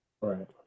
Right